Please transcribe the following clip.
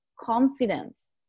confidence